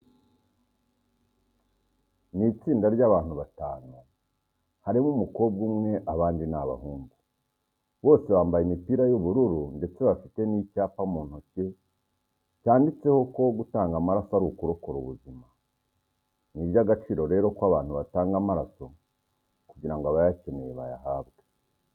Ni itsinda ry'abantu batanu harimo umukobwa umwe, abandi ni abahungu. Bose bambaye imipira y'ubururu ndetse bafite n'icyapa mu ntoki cyanditseho ko gutanga amaraso ari ukurokora ubuzima. Ni iby'agaciro rero ko abantu batanga amaraso kugira ngo abayakeneye bayahabwe.